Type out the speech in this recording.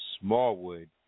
Smallwood